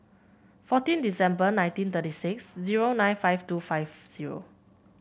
fourteen December nineteen thirty six zero nine five two five zero